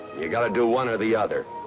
you got to do one or the other.